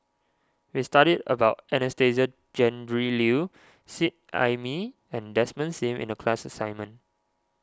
we studied about Anastasia Tjendri Liew Seet Ai Mee and Desmond Sim in the class assignment